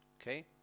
Okay